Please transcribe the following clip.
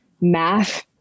math